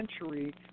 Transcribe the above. century